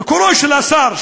ביקורו של השר,